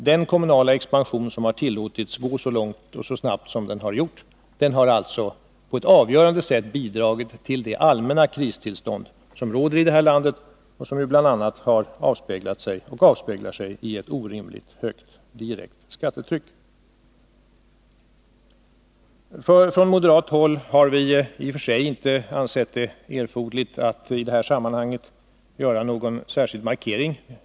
Den kommunala expansionen har tillåtits gå så långt och så snabbt att den på ett avgörande sätt bidragit till det allmänna kristillstånd som råder i detta land och som bl.a. avspeglar sig i ett orimligt högt skattetryck. Från moderat hål! har vi inte ansett det erforderligt att i detta sammanhang göra någon särskild markering.